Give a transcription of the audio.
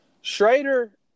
Schrader